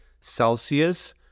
Celsius